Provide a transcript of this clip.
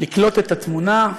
לקלוט את התמונה: